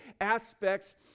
aspects